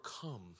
come